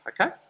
Okay